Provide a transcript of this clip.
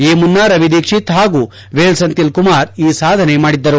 ಈ ಮುನ್ನಾ ರವಿದೀಕ್ಷಿತ್ ಹಾಗೂ ವೇಲಾ ಸೆಂಥಿಲ್ ಕುಮಾರ್ ಈ ಸಾಧನೆ ಮಾಡಿದ್ದರು